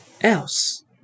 Else